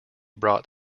brought